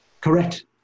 Correct